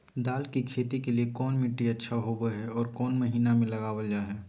दाल की खेती के लिए कौन मिट्टी अच्छा होबो हाय और कौन महीना में लगाबल जा हाय?